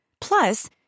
Plus